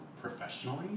professionally